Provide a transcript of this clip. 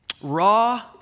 Raw